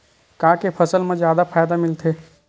का के फसल मा जादा फ़ायदा मिलथे?